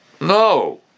No